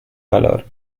colour